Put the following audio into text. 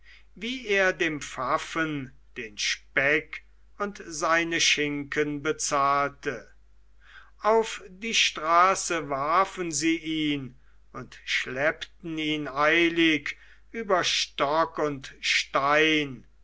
wie er dem pfaffen den speck und seine schinken bezahlte auf die straße warfen sie ihn und schleppten ihn eilig über stock und stein